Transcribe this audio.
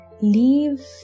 leave